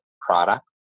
product